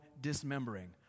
dismembering